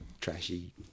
trashy